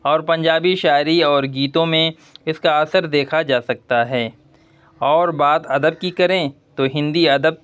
اور پنجابی شاعری اور گیتوں میں اس کا اثر دیکھا جا سکتا ہے اور بات ادب کی کریں تو ہندی ادب